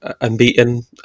unbeaten